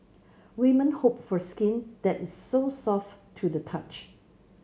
women hope for skin that is so soft to the touch